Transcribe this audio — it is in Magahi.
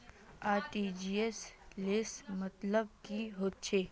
आर.टी.जी.एस सेल मतलब की होचए?